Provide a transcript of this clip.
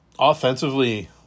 Offensively